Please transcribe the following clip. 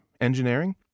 engineering